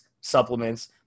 supplements